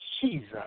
Jesus